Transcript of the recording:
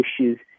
issues